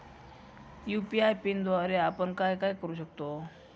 UPI पिनद्वारे आपण काय काय करु शकतो?